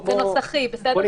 זה נוסחי, בסדר.